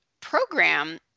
program